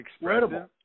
Incredible